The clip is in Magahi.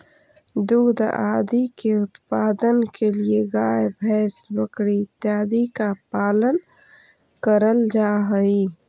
दुग्ध आदि के उत्पादन के लिए गाय भैंस बकरी इत्यादि का पालन करल जा हई